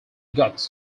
guts